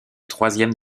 troisième